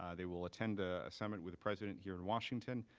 um they will attend a summit with the president here in washington.